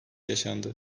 yaşandı